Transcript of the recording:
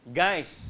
guys